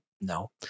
No